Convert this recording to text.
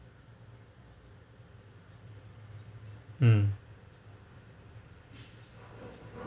mm